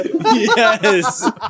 Yes